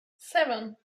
seven